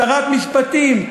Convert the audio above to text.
שרת המשפטים,